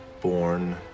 born